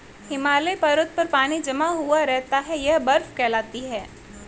हिमालय पर्वत पर पानी जमा हुआ रहता है यह बर्फ कहलाती है